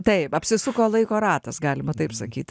taip apsisuko laiko ratas galima taip sakyti